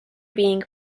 being